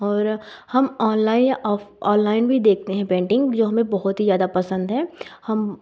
और हम ऑनलाइन या ऑफ ऑनलाइन भी देखते हैं पेंटिंग जो हमें बहुत ही ज़्यादा पसंद है हम